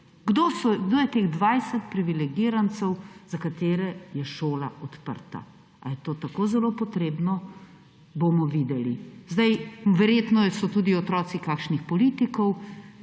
Kdo je teh 20 privilegirancev, za katere je šola odprta? Ali je to tako zelo potrebno, bomo videli. Verjetno so tudi otroci kakšnih politikov,